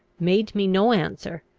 made me no answer,